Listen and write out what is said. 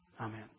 Amen